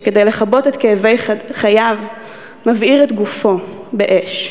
שכדי לכבות את כאבי חייו מבעיר את גופו באש.